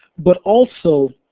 but also,